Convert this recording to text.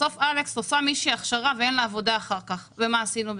בסוף מישהי עושה הכשרה ואחר כך אין לה עבודה ואז מה עשינו בזה?